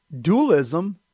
Dualism